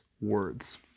words